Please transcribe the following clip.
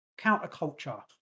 counterculture